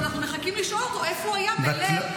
ואנחנו מחכים לשאול אותו איפה הוא היה בליל 7 באוקטובר.